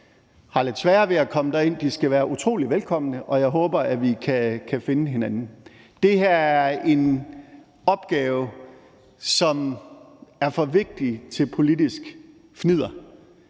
har lidt sværere ved at komme derind, skal være utrolig velkomne, og vi håber, at vi kan finde hinanden. Det her er en opgave, som er for vigtig til politisk fnidder,